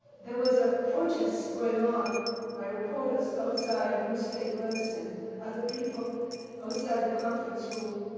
there was a protest going on by reporters outside, newspapers and other people outside the conference room,